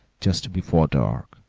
just before dark.